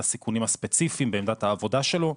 הסיכונים הספציפיים בעמדת העבודה שלו,